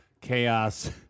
Chaos